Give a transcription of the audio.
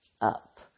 up